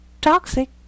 toxic